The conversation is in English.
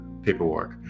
Paperwork